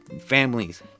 families